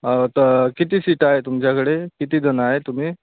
हो तर किती सीट आहे तुमच्याकडे किती जणं आहे तुम्ही